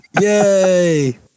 Yay